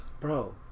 Bro